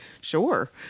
sure